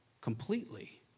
completely